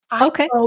Okay